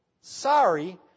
sorry